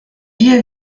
vit